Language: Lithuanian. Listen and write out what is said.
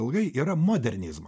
ilgai yra modernizmo